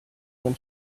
when